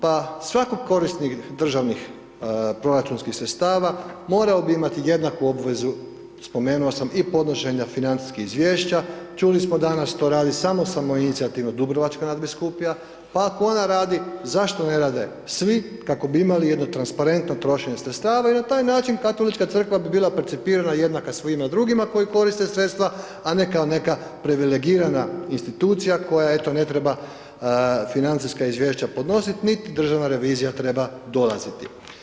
Pa svaki korisnik državnih proračunskih sredstava morao bi imati jednaku obvezu, spomenuo sam i podnošenje financijskih izvješća, čuli smo danas, to radi samo samoinicijativno Dubrovačka nadbiskupija, pa ako ona radi, zašto ne rade svi, kako bi imali jedno transparentno trošenje sredstava i na taj način Katolička crkva bi bila percipirana i jednaka svima drugima koji koriste sredstva, a ne kao neka privilegirana institucija koja, eto, ne treba financijska izvješća podnosit, niti državna revizija treba dolaziti.